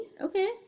Okay